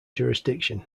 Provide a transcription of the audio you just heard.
jurisdiction